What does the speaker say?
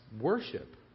worship